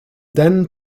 then